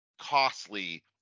Costly